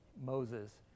Moses